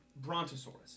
Brontosaurus